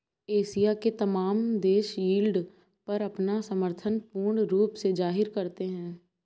Asia के तमाम देश यील्ड पर अपना समर्थन पूर्ण रूप से जाहिर करते हैं